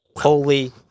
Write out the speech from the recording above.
Holy